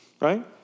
Right